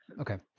Okay